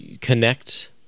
Connect